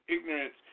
ignorance